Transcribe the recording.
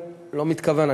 לא מתכוון,